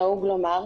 נהוג לומר.